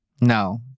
No